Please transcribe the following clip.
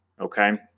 okay